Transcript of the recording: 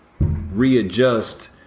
readjust